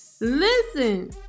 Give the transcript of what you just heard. Listen